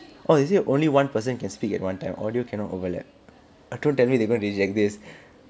or is it only one person can speak at one time audio cannot overlap ah don't tell me they gonna reject this